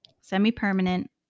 semi-permanent